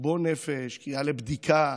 לחשבון נפש, קריאה לבדיקה,